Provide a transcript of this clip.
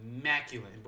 immaculate